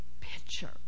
picture